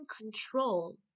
control